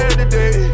today